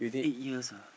eights years ah